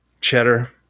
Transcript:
Cheddar